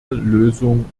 lösung